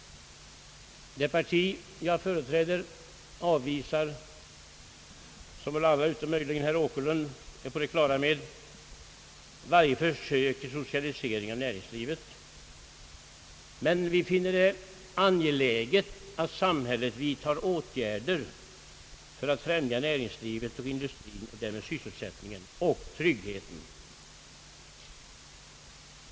Det parti jag företräder avvisar som väl alla, utom möjligen herr Åkerlund, är på det klara med varje försök till socialisering av näringslivet. Men vi finner det angeläget att samhället vidtar åtgärder för ait främja näringslivet och industrin och därmed sysselsättningen och tryggheten.